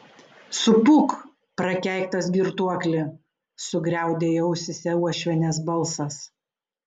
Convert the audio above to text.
supūk prakeiktas girtuokli sugriaudėjo ausyse uošvienės balsas